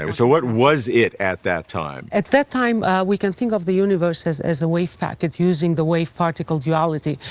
um so what was it at that time? at that time we can think of the universe as a wave packet, using the wave particle geology.